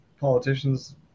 politicians